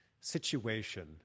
situation